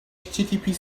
http